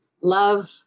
love